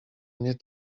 mnie